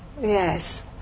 Yes